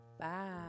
Bye